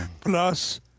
Plus